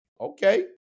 okay